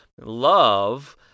Love